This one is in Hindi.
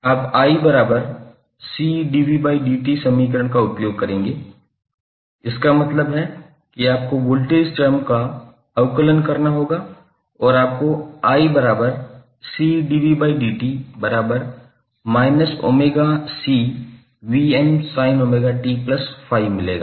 आप 𝑖𝐶𝑑𝑣𝑑𝑡 समीकरण का उपयोग करेंगे इसका मतलब है कि आपको वोल्टेज टर्म का अवकलन करना होगा और आपको 𝑖𝐶𝑑𝑣𝑑𝑡−𝜔𝐶sin𝜔𝑡∅ मिलेगा